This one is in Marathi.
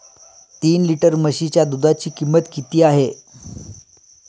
तीन लिटर म्हशीच्या दुधाची किंमत किती आहे?